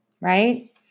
right